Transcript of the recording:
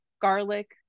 garlic